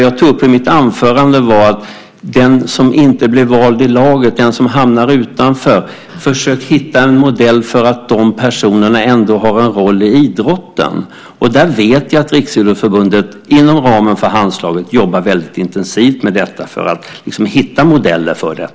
Jag tog upp i mitt anförande detta med den som inte blir vald i laget utan hamnar utanför. Det gäller att försöka hitta en sådan modell att de personerna ändå har en roll inom idrotten. Jag vet att Riksidrottsförbundet inom ramen för Handslaget jobbar väldigt intensivt med det för att liksom hitta modeller för detta.